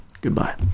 goodbye